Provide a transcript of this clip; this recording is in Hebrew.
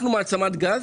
אנחנו מעצמת גז,